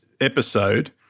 episode